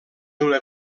una